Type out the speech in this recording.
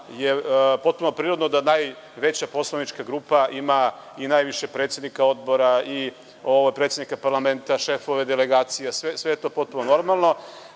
je potpuno prirodno da najveća poslanička grupa ima i najviše predsednika odbora i predsednika parlamenta, šefove delegacija, sve je to potpuno normalno,